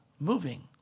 moving